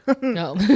No